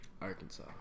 Arkansas